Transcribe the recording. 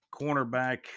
cornerback